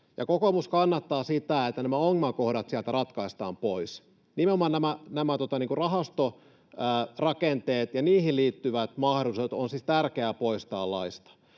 kokoomus kannattaa sitä, että nämä ongelmakohdat sieltä ratkaistaan pois. Nimenomaan nämä rahastorakenteet ja niihin liittyvät mahdollisuudet on siis tärkeää poistaa laista,